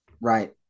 Right